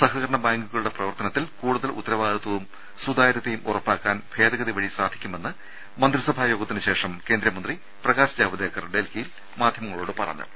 സ്ഹകരണ ബാങ്കുകളുടെ പ്രവർത്തനത്തിൽ കൂടുതൽ ഉത്തരവാദിത്തവും സുതാര്യതയും ഉറപ്പാക്കാൻ ഭേദഗതി വഴി സാധിക്കുമെന്ന് മന്ത്രിസഭാ യോഗത്തിനു ശേഷം കേന്ദ്ര മന്ത്രി പ്രകാശ് ജാവ്ദേക്കർ ഡൽഹിയിൽ മാധ്യമങ്ങളോട് പറഞ്ഞു